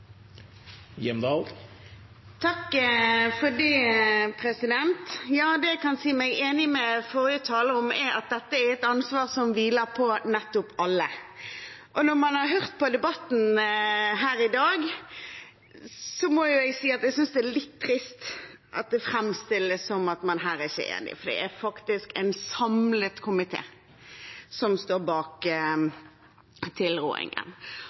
Det jeg kan si meg enig med forrige taler i, er at dette er et ansvar som hviler på nettopp alle. Etter å ha hørt på debatten her i dag, må jeg si at jeg synes det er litt trist at det framstilles som om man her ikke er enig. For det er faktisk en samlet komité som står bak